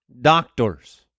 doctors